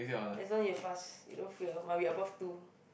as long you pass you don't fail must be above two